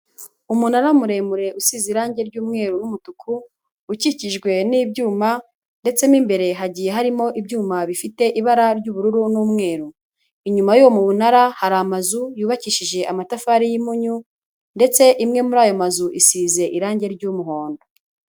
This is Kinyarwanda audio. Umunara muremure usize irangi ry'umweru n'umutuku ukikijwe n'ibyuma ndetse mo imbere hagiye harimo ibyuma bifite ibara ry'ubururu n'umweru, inyuma y'uwo munara hari amazu yubakishije amatafari y'impunyu ndetse imwe muri ayo mazu isize irangi ry'umuhondo.